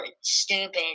stupid